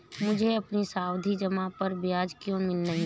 मुझे अपनी सावधि जमा पर ब्याज क्यो नहीं मिला?